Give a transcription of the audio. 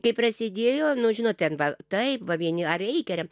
kai prasidėjo nu žinot ten va taip va vieni ar reikia remt